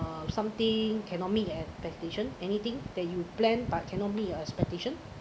uh something cannot meet your expectation anything that you plan but cannot meet your expectation